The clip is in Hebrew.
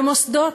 ומוסדות,